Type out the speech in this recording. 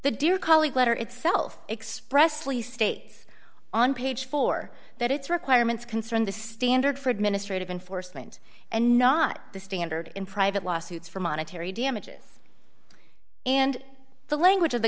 the dear colleague letter itself expressly states on page four dollars that its requirements concern the standard for administrative enforcement and not the standard in private lawsuits for monetary damages and the language of the